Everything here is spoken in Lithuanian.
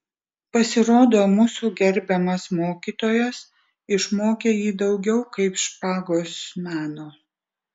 pasirodo mūsų gerbiamas mokytojas išmokė jį daugiau kaip špagos meno